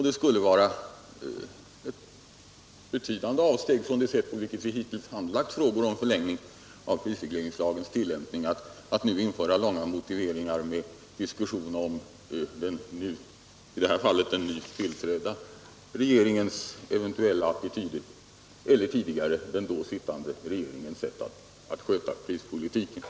Det skulle vara ett betydande avsteg från det sätt på vilket vi hittills handlagt frågor om förlängning av prisregleringslagen och dess tillämpning, om vi nu införde långa motiveringar med diskussion om den nytillträdda regeringens attityder eller den tidigare regeringens sätt att sköta prispolitiken.